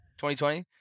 2020